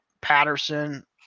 Patterson